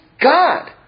God